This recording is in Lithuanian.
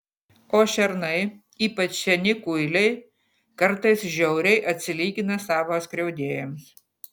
o šernai ypač seni kuiliai kartais žiauriai atsilygina savo skriaudėjams